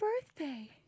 birthday